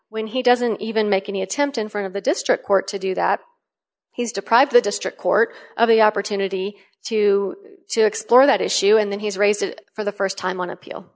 when he doesn't even make any attempt in front of the district court to do that he's deprived the district court of the opportunity to explore that issue and then he's raised it for the st time on appeal